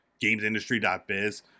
Gamesindustry.biz